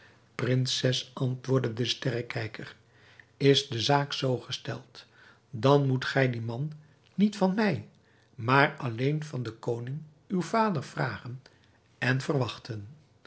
prinses antwoordde de sterrekijker is de zaak zoo gesteld dan moet gij dien man niet van mij maar alleen van den koning uw vader vragen en verwachten